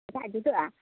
ᱪᱮᱫᱟᱜ ᱡᱩᱫᱟᱹᱜᱼᱟ